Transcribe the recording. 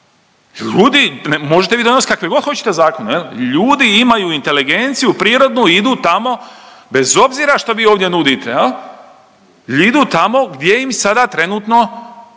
Ljudi, možete vi danas kakve god hoćete zakone, ljudi imaju inteligenciju prirodnu idu tamo bez obzira što vi ovdje nudite, idu tamo gdje im sada trenutno